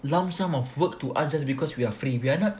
lump sum of work to us just because we are free we are not